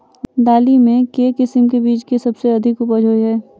दालि मे केँ किसिम केँ बीज केँ सबसँ अधिक उपज होए छै?